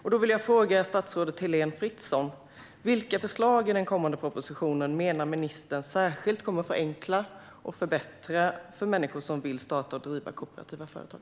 Jag vill därför fråga statsrådet Heléne Fritzon vilka förslag i den kommande propositionen ministern menar särskilt kommer att förenkla och förbättra för människor som vill starta och driva kooperativa företag.